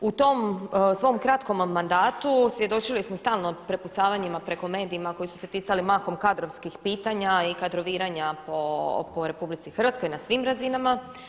U tom svom kratkom mandatu svjedočili smo stalno prepucavanjima preko medija koji su se ticali mahom kadrovskih pitanja i kadroviranja po RH na svim razinama.